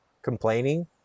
complaining